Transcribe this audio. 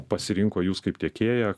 pasirinko jus kaip tiekėją